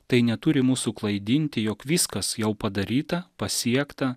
tai neturi mūsų klaidinti jog viskas jau padaryta pasiekta